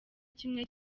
kimwe